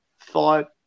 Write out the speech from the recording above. thought